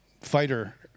fighter